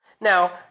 Now